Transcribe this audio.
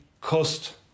cost